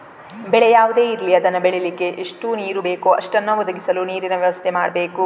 ಬೆಳೆ ಯಾವುದೇ ಇರ್ಲಿ ಅದನ್ನ ಬೆಳೀಲಿಕ್ಕೆ ಎಷ್ಟು ನೀರು ಬೇಕೋ ಅಷ್ಟನ್ನ ಒದಗಿಸಲು ನೀರಿನ ವ್ಯವಸ್ಥೆ ಮಾಡ್ಬೇಕು